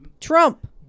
Trump